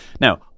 Now